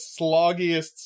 sloggiest